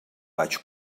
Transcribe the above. vaig